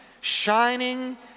shining